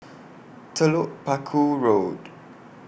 Telok Paku Road